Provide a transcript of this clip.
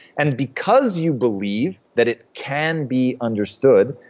and because you believe that it can be understood,